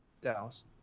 Dallas